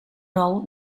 nou